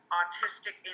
autistic